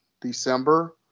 December